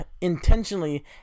intentionally